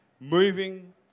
moving